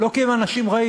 לא כי הם אנשים רעים.